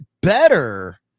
better